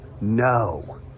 no